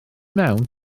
mewn